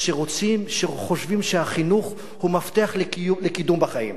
שרוצים, שחושבים שהחינוך הוא מפתח לקידום בחיים,